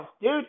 dude